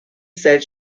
said